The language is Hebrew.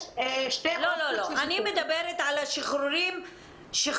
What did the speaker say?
יש שתי אופציות של שחרור --- לא,